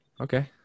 Okay